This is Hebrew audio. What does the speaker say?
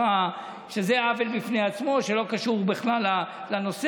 וזה עוול בפני עצמו שלא קשור בכלל לנושא,